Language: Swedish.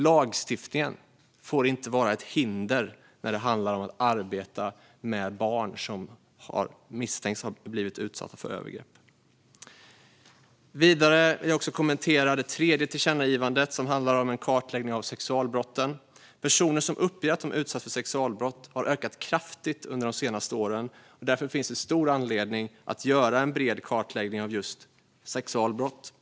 Lagstiftningen får inte vara ett hinder i arbetet med barn som misstänks ha blivit utsatta för övergrepp. Vidare vill jag också kommentera det tredje tillkännagivandet, som handlar om en kartläggning av sexualbrotten. Personer som uppger att de har utsatts för sexualbrott har ökat kraftigt under de senaste åren, och därför finns det stor anledning att göra en bred kartläggning av just sexualbrott.